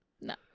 No